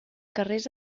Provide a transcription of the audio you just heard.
carrers